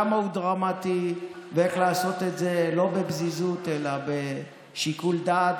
כמה הוא דרמטי ואיך לעשות את זה לא בפזיזות אלא בשיקול דעת